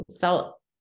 felt